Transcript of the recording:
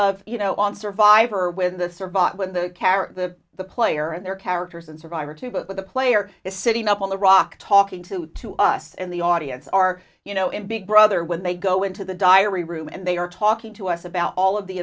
of you know on survivor with the survived with the carrot the player and their characters and survivor too but the player is sitting up on the rock talking to to us and the audience are you know in big brother when they go into the diary room and they are talking to us about all of the